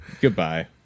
Goodbye